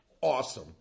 awesome